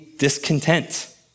discontent